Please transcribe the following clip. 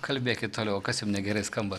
kalbėkit toliau o kas jum negerai skamba